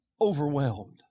overwhelmed